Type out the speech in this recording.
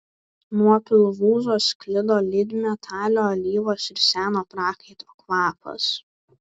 nuo pilvūzo sklido lydmetalio alyvos ir seno prakaito kvapas